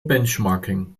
benchmarking